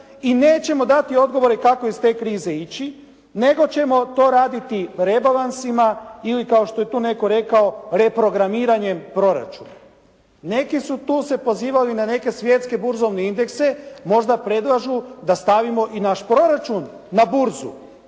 i nećemo dati odgovore kako iz te krize ići nego ćemo to raditi rebalansima ili kao što je tu netko rekao reprogramiranjem proračuna. Neki su tu se pozivali na neke svjetske burzovne indekse. Možda predlažu da stavimo i naš proračun na burzu,